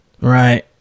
Right